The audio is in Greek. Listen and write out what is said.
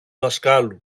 δασκάλου